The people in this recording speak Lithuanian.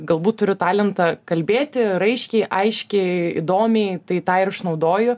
galbūt turiu talentą kalbėti raiškiai aiškiai įdomiai tai tą ir naudoju